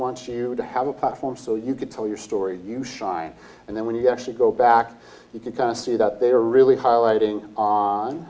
want you to have a platform so you could tell your story you shine and then when you actually go back you can kind of see that they are really highlighting on